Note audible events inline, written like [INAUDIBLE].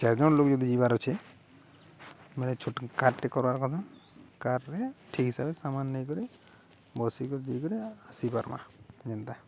ଚାରି ଜଣ ଲୋକ ଯଦି ଯିବାର୍ ଅଛେ ମେ ଛୋଟ କାର୍ ଟେ କର୍ବାର୍ କଥା କାର୍ରେ ଠିକ୍ ହିସାବରେ ସାମାନ ନେଇକରି ବସିକରି [UNINTELLIGIBLE] କରି ଆସିପାର୍ମା ଯେନ୍ଟା